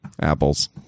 Apples